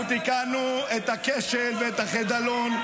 אנחנו תיקנו את הכשל ואת החידלון.